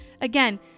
Again